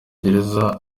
gereza